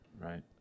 right